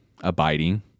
abiding